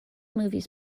movies